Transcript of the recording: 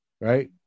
right